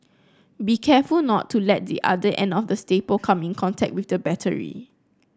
be careful not to let the other end of the staple come in contact with the battery